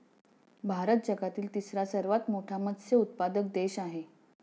भारत जगातील तिसरा सर्वात मोठा मत्स्य उत्पादक देश आहे